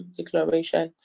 declaration